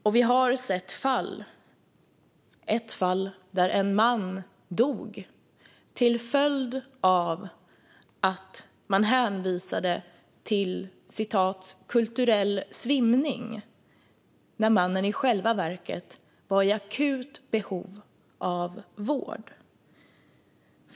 Det finns även ett fall då en man dog till följd av att man hänvisade till "kulturell svimning" när mannen i själva verket var i akut behov av vård.